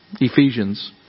Ephesians